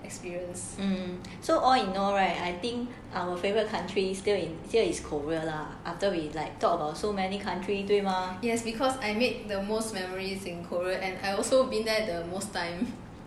so all in all right I think our favourite country still in here is korea lah after we like talk about so many country 对吗 yes because I made the most memories in korea and I also been there the most time in